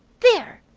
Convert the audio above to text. there,